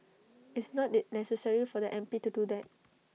it's not the necessary for the M P to do that